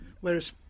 Whereas